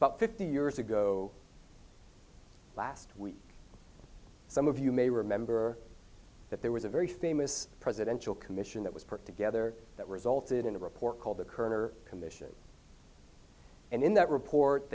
but fifty years ago last week some of you may remember that there was a very famous presidential commission that was put together that resulted in a report called the kerner commission and in that report